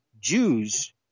Jews